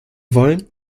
wollen